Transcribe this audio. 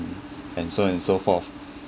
and so and so forth